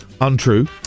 untrue